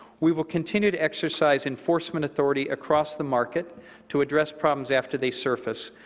we will continue to exercise enforcement authority across the market to address problems after they surface,